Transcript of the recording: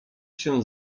się